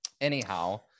Anyhow